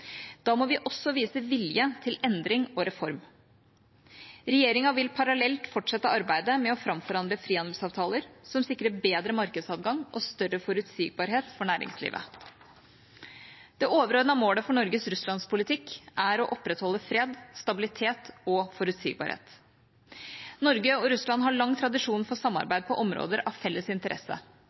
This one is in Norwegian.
Da må også vi vise vilje til endring og reform. Regjeringa vil parallelt fortsette arbeidet med å framforhandle frihandelsavtaler som sikrer bedre markedsadgang og større forutsigbarhet for næringslivet. Det overordnete målet for Norges russlandspolitikk er å opprettholde fred, stabilitet og forutsigbarhet. Norge og Russland har lang tradisjon for samarbeid på områder av felles interesse